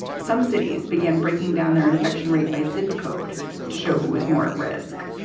some cities began breaking down their infection rate by zip code to show who is more at risk.